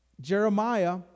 Jeremiah